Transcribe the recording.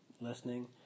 listening